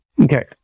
Okay